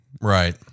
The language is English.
right